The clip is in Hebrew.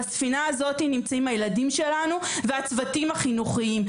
ועליה נמצאים הילדים שלנו ואיתם הצוותים החינוכיים,